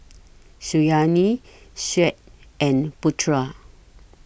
Syazwani Syed and Putra